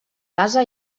casa